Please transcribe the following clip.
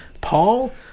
Paul